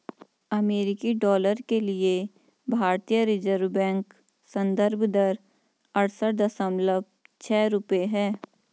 अमेरिकी डॉलर के लिए भारतीय रिज़र्व बैंक संदर्भ दर अड़सठ दशमलव छह रुपये है